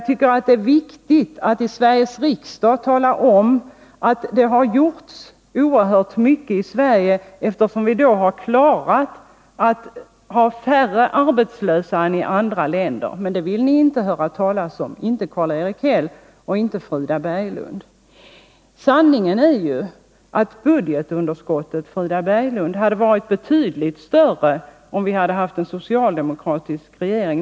Det är viktigt att i Sveriges riksdag tala om att det har gjorts oerhört mycket i Sverige, eftersom vi har färre arbetslösa än man har i andra länder. Men det vill inte Karl-Erik Häll eller Frida Berglund höra talas om. Sanningen är ju den, Frida Berglund, att budgetunderskottet hade varit betydligt större om vi haft en socialdemokratisk regering.